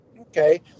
Okay